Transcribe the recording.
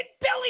Billy